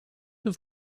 have